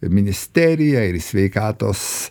ministeriją ir į sveikatos